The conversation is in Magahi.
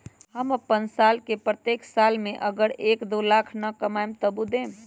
हम अपन साल के प्रत्येक साल मे अगर एक, दो लाख न कमाये तवु देम?